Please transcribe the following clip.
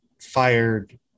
fired